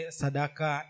sadaka